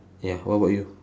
ya what about you